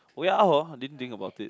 oh ya hor didn't think about it